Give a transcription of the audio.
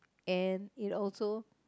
and it also